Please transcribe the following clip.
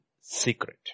secret